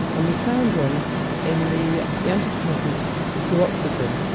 and we found one in the the antidepressant fluoxetine.